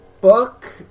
book